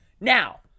Now